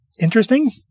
interesting